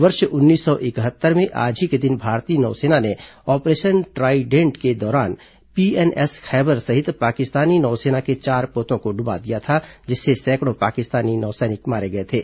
वर्ष उन्नीस सौ इकहत्तर में आज ही के दिन भारतीय नौसेना ने ऑपरेशन ट्राइडेंट के दौरान पीएनएस खैबर सहित पाकिस्तानी नौसेना के चार पोतों को ड्बा दिया था जिससे सैकड़ों पाकिस्तानी नौसैनिक मारे गए थे